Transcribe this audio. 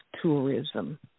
tourism